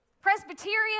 Presbyterian